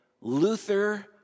Luther